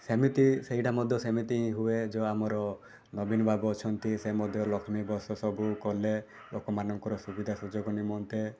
ସେମିତି ସେଇଟା ମଧ୍ୟ ସେମିତି ହୁଏ ଯେଉଁ ଆମର ନବୀନ ବାବୁ ଅଛନ୍ତି ସେ ଆମର ଲକ୍ଷ୍ମୀ ବସ୍ ସବୁ କଲେ ଲୋକମାନଙ୍କର ସୁବିଧା ସୁଯୋଗ ନିମନ୍ତେ